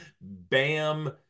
Bam